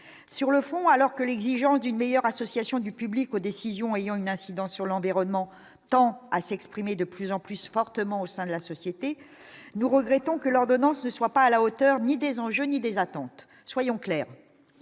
sur le fond, alors que l'exigence d'une meilleure association du public aux décisions ayant une incidence sur l'environnement tant à s'exprimer, de plus en plus fortement au sein de la société, nous regrettons que l'ordonnance ne soit pas à la hauteur ni des enjeux ni des attentes, soyons clairs,